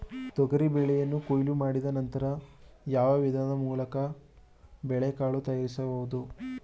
ತೊಗರಿ ಬೇಳೆಯನ್ನು ಕೊಯ್ಲು ಮಾಡಿದ ನಂತರ ಯಾವ ವಿಧಾನದ ಮೂಲಕ ಬೇಳೆಕಾಳು ತಯಾರಿಸಬಹುದು?